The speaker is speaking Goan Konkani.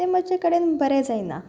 तें म्हजे कडेन बरें जायना